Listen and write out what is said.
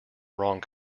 wrong